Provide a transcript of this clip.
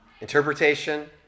interpretation